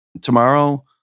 tomorrow